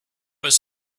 was